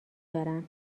دارن